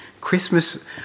christmas